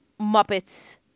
Muppets